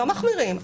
לא מחמירים.